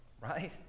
right